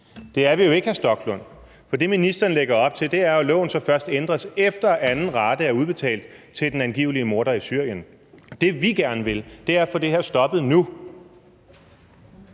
Det er vi jo ikke, hr. Rasmus Stoklund, for det, ministeren lægger op til, er, at loven så først ændres, efter at anden rate er udbetalt til den angivelige morder i Syrien. Det, vi gerne vil, er at få det her stoppet nu.